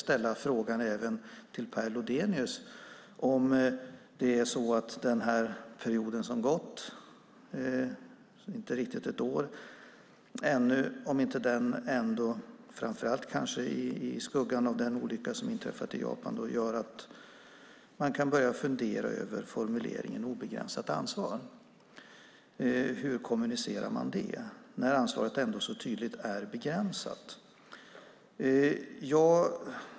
Jag vill därför ställa frågan även till Per Lodenius om det inte är så att den period som har gått - det är inte riktigt ett år - och kanske framför allt i skuggan av den olycka som har hänt i Japan gör att man kan börja fundera över formuleringen "obegränsat ansvar". Hur kommunicerar man det när ansvaret ändå så tydligt är begränsat?